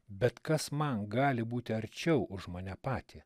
bet kas man gali būti arčiau už mane patį